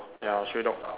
ya stray dog